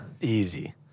easy